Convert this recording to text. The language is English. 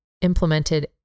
implemented